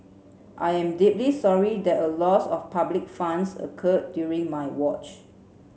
I am deeply sorry that a loss of public funds occurred during my watch